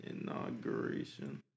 inauguration